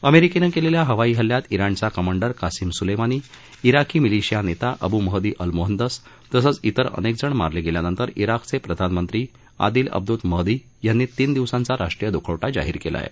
अमेरिकेनं केलेल्या हवाई हल्ल्यात जिणचा कमांडर कासीम सुलेमानी जिकी मिलिशिया नेता अबू महदी अल मुहंदस तसेच तेर अनेकजण मारले गेल्यानंतर जिकचे प्रधानमंत्री आदिल अब्दुल महदी यांनी तीन दिवसांचा राष्ट्रीय दुखवत जाहीर केला आहे